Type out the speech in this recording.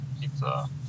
pizza